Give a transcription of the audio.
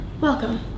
Welcome